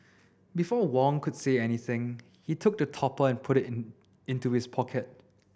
before Wong could say anything he took the topper and put it in in to his pocket